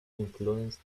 influenced